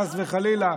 חס וחלילה,